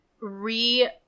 re